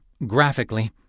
graphically